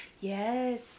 yes